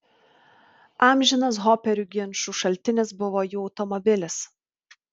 amžinas hoperių ginčų šaltinis buvo jų automobilis